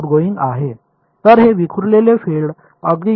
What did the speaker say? तर हे विखुरलेले फील्ड अगदी योग्य आहे